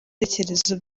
ibitekerezo